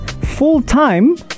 full-time